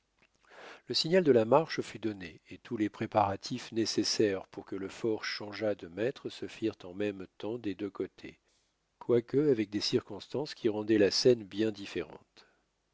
le signal de la marche fut donné et tous les préparatifs nécessaires pour que le fort changeât de maîtres se firent en même temps des deux côtés quoique avec des circonstances qui rendaient la scène bien différente